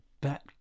back